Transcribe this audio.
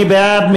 מי בעד?